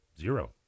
Zero